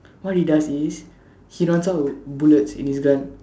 what he does is he runs out with bullets in his gun